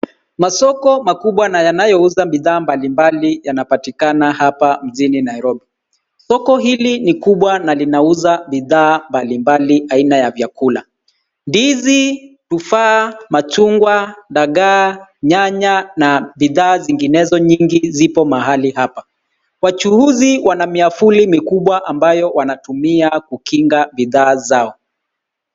Masoko makubwa na yanayouza bidhaa mbalimbali yanapatikana hapa mjini Nairobi . Soko hili ni kubwa na linauza bidhaa mbalimbali aina ya vyakula , ndizi , tufaa, machungwa , dagaa , nyanya na bidhaa zinginezo mingi ziko mahali hapa . Wachuuzi wana miavuli mikubwa ambayo wanatumia kukinga bidhaa zao.